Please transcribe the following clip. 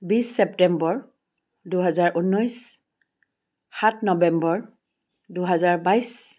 বিছ ছেপ্টেম্বৰ দুহেজাৰ ঊনৈছ সাত নৱেম্বৰ দুহেজাৰ বাইছ